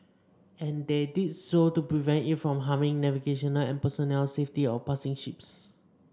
and they did so to prevent it from harming navigational and personnel safety of passing ships